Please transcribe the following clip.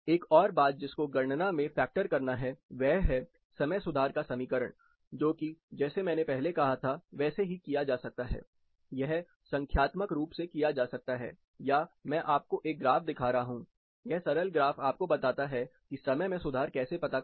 एक और बात जिसको गणना में फैक्टर करना है वह है समय सुधार का समीकरणजो कि जैसे मैंने पहले कहा था वैसे ही किया जा सकता है यह संख्यात्मक रूप से किया जा सकता है या मैं आपको एक ग्राफ दिखा रहा हूं यह सरल ग्राफ़ आपको बताता है कि समय में सुधार कैसे पता करें